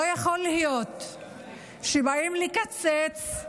לא יכול להיות שבאים לקצץ,